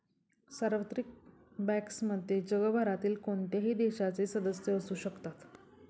सार्वत्रिक बँक्समध्ये जगभरातील कोणत्याही देशाचे सदस्य असू शकतात